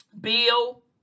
bill